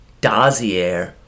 dossier